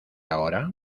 ahora